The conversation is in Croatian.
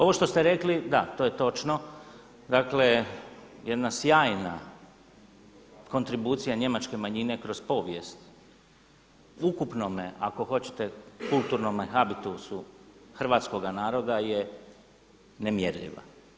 Ovo što ste rekli, da to je točno, dakle jedna sjajna kontribucija njemačke manjine kroz povijest u ukupnome ako hoćete kulturnome habitusu hrvatskoga naroda je nemjerljiva.